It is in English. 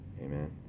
Amen